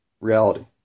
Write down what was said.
reality